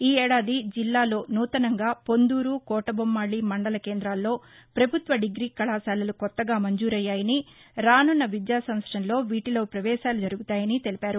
ఈ ఏడాది జిల్లాలో నూతనంగా పొందూరు కోటబొమ్మాళీ మండల కేందాల్లో ప్రభుత్వ డిగ్రీ కళాశాలలు కొత్తగా మంజూరయ్యాయని రాసున్న విద్యా సంవత్సరంలో వీటీలో పవేశాలు జరుగుతాయని తెలిపారు